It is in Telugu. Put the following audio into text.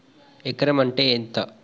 ఎకరం అంటే ఎంత?